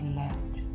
left